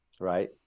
right